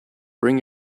bring